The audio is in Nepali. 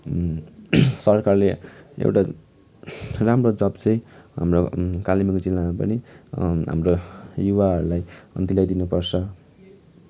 सरकारले एउटा राम्रो जब चाहिँ हाम्रो कालिम्पोङ जिल्लामा पनि हाम्रो युवाहरूलाई दिलाइदिनु पर्छ